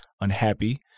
unhappy